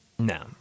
No